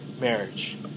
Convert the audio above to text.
marriage